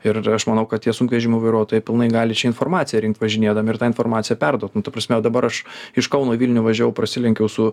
ir aš manau kad tie sunkvežimių vairuotojai pilnai gali šią informaciją rinkt važinėdami ir tą informaciją perduot nu ta prasme dabar aš iš kauno į vilnių važiavau prasilenkiau su